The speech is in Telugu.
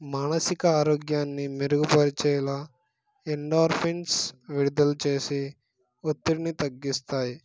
మానసిక ఆరోగ్యాన్ని మెరుగుపరచేలా ఎండోర్ఫిన్స్ విడుదలు చేసి ఒత్తిడిని తగ్గిస్తాయి